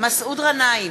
מסעוד גנאים,